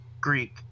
Greek